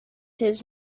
his